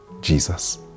Jesus